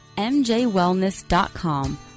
mjwellness.com